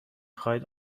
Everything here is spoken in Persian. خواهید